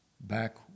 back